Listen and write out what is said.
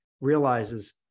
realizes